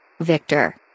Victor